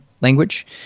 language